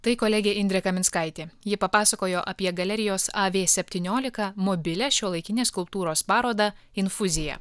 tai kolegė indrė kaminskaitė ji papasakojo apie galerijos a vė septyniolikta mobilią šiuolaikinės skulptūros parodą infuzija